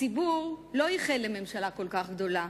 הציבור לא ייחל לממשלה כל כך גדולה,